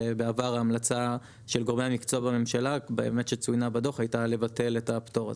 בעבר של גורמי המקצוע בממשלה שצוינה בדו"ח הייתה לבטל את הפטור הזה.